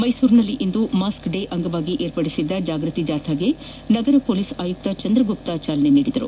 ಮೈಸೂರಿನಲ್ಲಿಂದು mask day ಅಂಗವಾಗಿ ಏರ್ಪಡಿಸಿದ್ದ ಜಾಗೃತಿ ಜಾಥಾಗೆ ನಗರ ಪೋಲೀಸ್ ಆಯುಕ್ತ ಚಂದ್ರಗುಪ್ತ ಚಾಲನೆ ನೀಡಿದರು